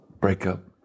breakup